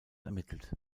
ermittelt